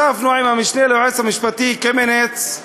ישבנו עם המשנה ליועץ המשפטי קמיניץ,